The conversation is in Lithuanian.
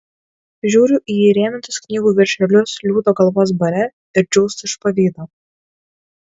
žiūriu į įrėmintus knygų viršelius liūto galvos bare ir džiūstu iš pavydo